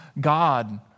God